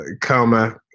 coma